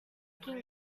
can